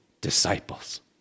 disciples